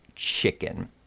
chicken